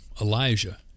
Elijah